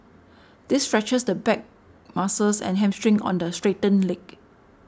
this stretches the back muscles and hamstring on the straightened leg